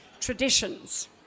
traditions